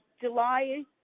July